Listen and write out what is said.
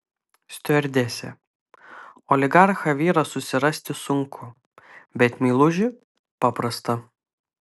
stiuardesė oligarchą vyrą susirasti sunku bet meilužį paprasta